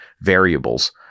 variables